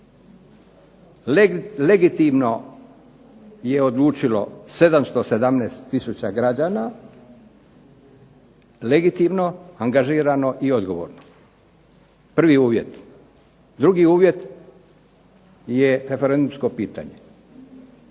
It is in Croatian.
Legitimno je odlučilo 717000 građana, legitimno angažirano i odgovorno. Prvi uvjet. Drugi uvjet je referendumsko pitanje